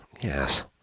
yes